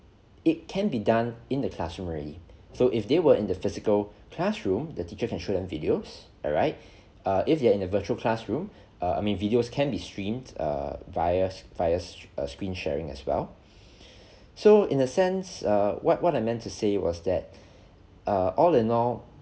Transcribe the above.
it can be done in the classroom already so if they were in the physical classroom the teacher can show them videos alright err if they are in a virtual classroom err I mean videos can be streamed err via via screen sharing as well so in a sense err what what I meant to say was that err all in all